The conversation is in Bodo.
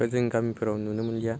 दा जों गामिफ्राव नुनो मोनलिया